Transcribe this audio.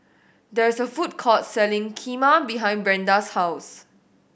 there is a food court selling Kheema behind Brenda's house